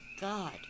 God